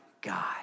God